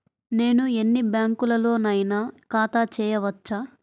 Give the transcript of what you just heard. నేను ఎన్ని బ్యాంకులలోనైనా ఖాతా చేయవచ్చా?